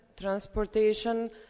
transportation